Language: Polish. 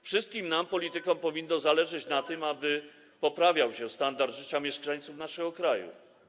Wszystkim nam, politykom, powinno zależeć na tym, aby poprawiał się standard życia mieszkańców naszego kraju.